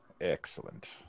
Excellent